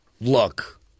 Look